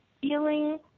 feeling